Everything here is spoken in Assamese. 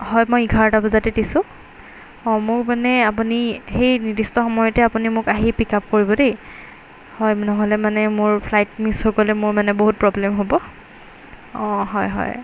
হয় মই এঘাৰটা বজাতে দিছোঁ অঁ মোৰ মানে আপুনি সেই নিৰ্দিষ্ট সময়তে আপুনি মোক আহি পিকআপ কৰিব দেই হয় নহ'লে মানে মোৰ ফ্লাইট মিছ হৈ গ'লে মোৰ মানে বহুত প্ৰব্লেম হ'ব অঁ হয় হয়